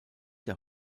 der